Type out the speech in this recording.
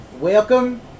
Welcome